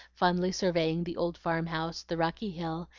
fondly surveying the old farm-house, the rocky hill,